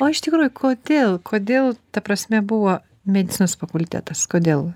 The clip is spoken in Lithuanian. o iš tikrųjų kodėl kodėl ta prasme buvo medicinos fakultetas kodėl